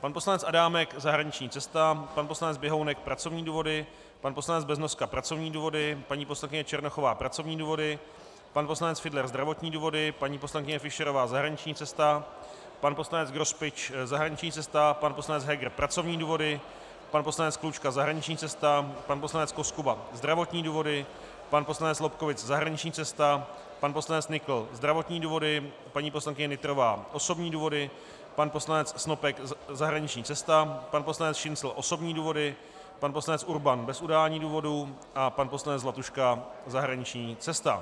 pan poslanec Adámek zahraniční cesta, pan poslanec Běhounek pracovní důvody, pan poslanec Beznoska pracovní důvody, paní poslankyně Černochová pracovní důvody, pan poslanec Fiedler zdravotní důvody, paní poslankyně Fischerová zahraniční cesta, pan poslanec Grospič zahraniční cesta, pan poslanec Heger pracovní důvody, pan poslanec Klučka zahraniční cesta, pan poslanec Koskuba zdravotní důvody, pan poslanec Lobkowicz zahraniční cesta, pan poslanec Nykl zdravotní důvody, paní poslankyně Nytrová osobní důvody, pan poslanec Snopek zahraniční cesta, pan poslanec Šincl osobní důvody, pan poslanec Urban bez udání důvodu a pan poslanec Zlatuška zahraniční cesta.